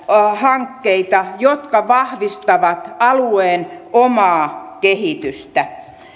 hankkeita jotka vahvistavat alueen omaa kehitystä